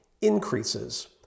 increases